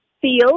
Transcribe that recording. feel